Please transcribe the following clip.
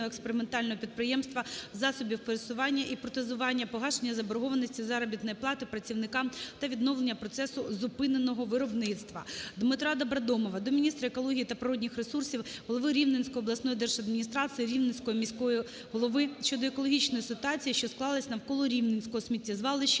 Дмитра Добродомова до міністра екології та природних ресурсів, голови Рівненської обласної держадміністрації, Рівненської міської голови щодо екологічної ситуації, що склалась навколо Рівненського сміттєзвалища,